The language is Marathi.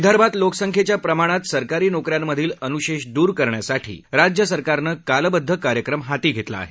विदर्भात लोकसंख्येच्या प्रमाणात सरकारी नोक यांमधील अनुषेश दूर करण्यासाठी राज्य सरकारनं कालबद्ध कार्यक्रम हाती घेतला आहे